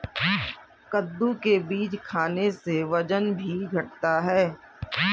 कद्दू के बीज खाने से वजन भी घटता है